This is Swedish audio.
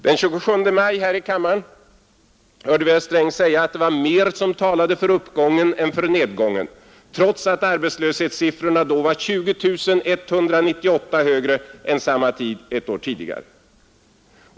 Den 27 maj hörde vi herr Sträng här i kammaren säga att ”det var mer som talade för uppgången än för nedgången”, trots att arbetslöshetssiffrorna då var 20 198 högre än samma tid ett år tidigare.